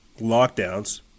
lockdowns